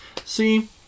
See